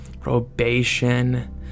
probation